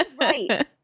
Right